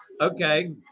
Okay